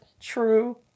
true